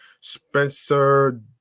Spencer